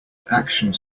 actions